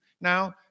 Now